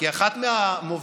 היא אחת המובילות